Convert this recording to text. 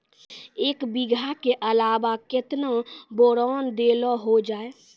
एक बीघा के अलावा केतना बोरान देलो हो जाए?